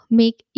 make